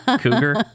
Cougar